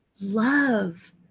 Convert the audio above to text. love